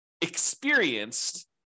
experienced